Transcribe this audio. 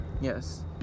Yes